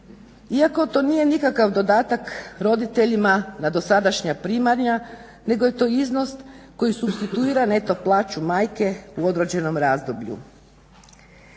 Iako to nije nikakav dodatak roditeljima na dosadašnja primanja, nego je to iznos koji supstituira neto plaću majke u određenom razdoblju.